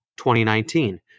2019